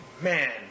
man